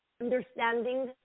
understanding